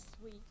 sweet